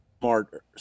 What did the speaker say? Smart